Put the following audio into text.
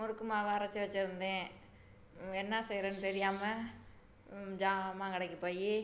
முறுக்கு மாவு அரைச்சு வச்சிருந்தேன் என்ன செய்யறதுன்னு தெரியாமல் சாமான் கடைக்குப் போய்